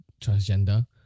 transgender